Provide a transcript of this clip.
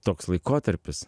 toks laikotarpis